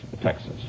Texas